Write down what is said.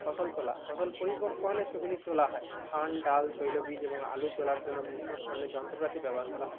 ফসল তোলা ফসল পরিপক্ক হলে সেগুলি তোলা হয় ধান ডাল তৈল বীজ এবং আলু তোলার জন্য বিভিন্ন ধরনের যন্ত্রপাতি ব্যবহার করা হয়